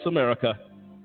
America